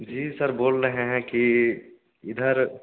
जी sir बोल रहे हैं कि इधर